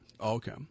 Okay